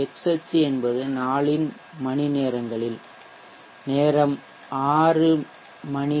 X அச்சு என்பது நாளின் மணிநேரங்களில் நேரம் 6 a